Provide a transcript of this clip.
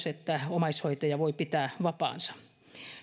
että omaishoitaja voi pitää vapaansa